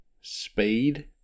speed